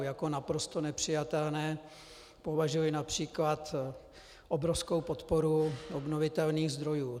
Za naprosto nepřijatelné považuji například obrovskou podporu obnovitelných zdrojů.